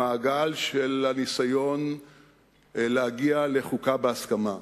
המעגל של הניסיון להגיע לחוקה בהסכמה,